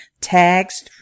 tags